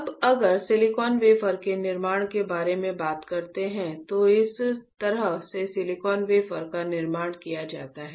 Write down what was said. अब अगर silicon wafer के निर्माण के बारे में बात करते हैं तो इस तरह से सिलिकॉन वेफर का निर्माण किया जाता है